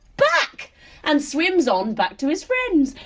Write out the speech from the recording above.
back and swims on back to his friends.